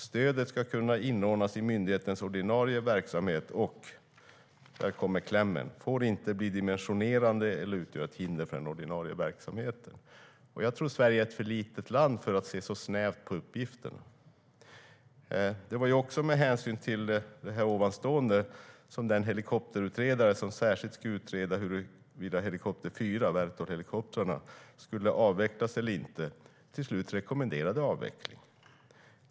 Stödet ska kunna inordnas i myndighetens ordinarie verksamhet och - där kommer klämmen - får inte bli dimensionerande eller utgöra ett hinder för den ordinarie verksamheten. Det var också med hänsyn till detta som den helikopterutredare som särskilt skulle utreda huruvida helikopter 4, Vertolhelikoptrarna, skulle avvecklas eller inte till slut rekommenderade avveckling.